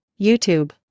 YouTube